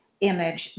image